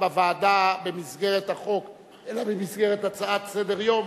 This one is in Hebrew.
בוועדה במסגרת החוק אלא במסגרת הצעה לסדר-היום,